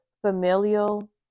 familial